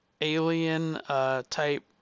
alien-type